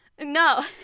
No